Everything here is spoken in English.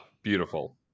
beautiful